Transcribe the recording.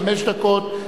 חמש דקות,